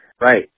Right